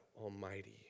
Almighty